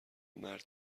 مرد